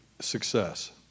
success